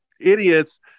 idiots